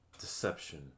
deception